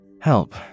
help